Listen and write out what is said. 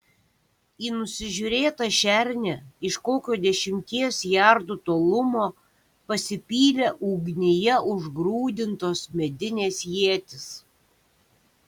į nusižiūrėtą šernę iš kokio dešimties jardų tolumo pasipylė ugnyje užgrūdintos medinės ietys